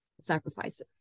sacrifices